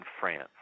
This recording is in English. France